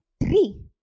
three